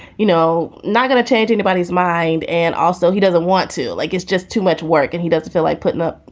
you know, not going to change anybody's mind. and also, he doesn't want to like it's just too much work and he doesn't feel like putting up,